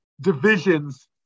divisions